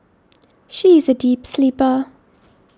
she is a deep sleeper